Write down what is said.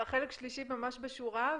החלק השלישי ממש בשורה.